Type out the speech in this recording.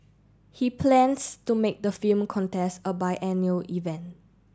he plans to make the film contest a biennial event